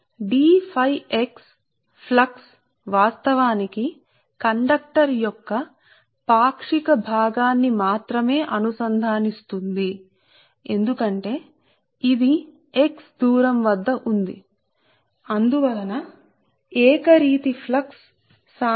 కాబట్టి ఫ్లక్స్ వాస్తవానికి కండక్టర్ యొక్క పాక్షిక భాగాన్నిమాత్రమే అనుసంధానిస్తుంది ఎందుకంటే ఇది x దూరం వద్ద ఉంది అది x దూరం వద్ద మాత్రమే ఉంటుంది